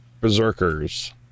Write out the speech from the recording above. berserkers